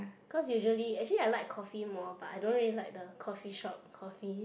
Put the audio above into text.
cause usually actually I like coffee more but I don't really like the coffeeshop coffee